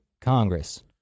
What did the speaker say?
Congress